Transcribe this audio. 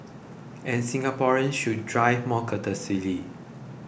and Singaporeans should drive more courteously